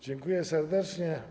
Dziękuję serdecznie.